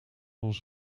ons